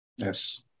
Yes